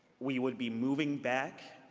we would be moving back